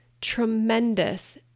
tremendous